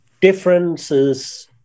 differences